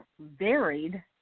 varied